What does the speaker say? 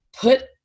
put